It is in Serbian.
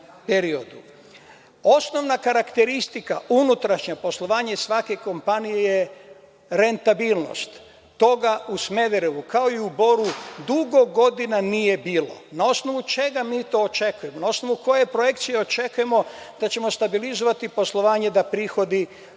periodu. Osnovna karakteristika unutrašnjeg poslovanja svake kompanije je rentabilnost. Toga u Smederevu, kao i u Boru dugo godina nije bilo. Na osnovu čega mi to očekujemo? Na osnovu koje projekcije očekujemo da ćemo stabilizovati poslovanje da prihodi